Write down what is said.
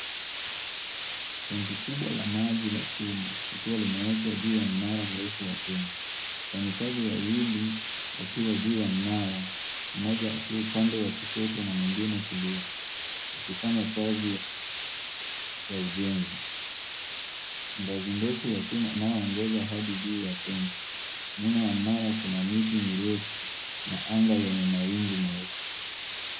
Tenki kubwa la maji la chuma likiwa limewekwa juu ya mnara mrefu wa chuma. Wafanyikazi wawili wakiwa juu ya mnara mmoja akiwa upande wa kushoto na mwingine kulia wakifanya kazi ya ujenzi. Ngazi ndefu ya chuma inayoongoza hadi juu ya tenki. Nyuma ya mnara kuna miti mirefu na anga yenye mawingu meupe.